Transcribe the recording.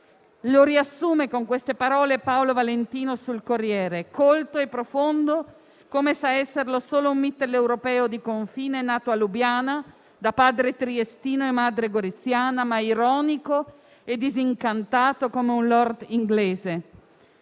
Lo riassume con queste parole Paolo Valentino sul «Corriere della sera»: «Colto e profondo, come sa esserlo solo un mitteleuropeo di confine nato a Lubiana, da padre triestino e madre goriziana. Ma ironico e disincantato come soltanto un *lord* inglese».